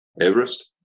Everest